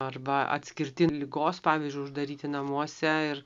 arba atskirti ligos pavyzdžiui uždaryti namuose ir